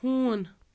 ہوٗن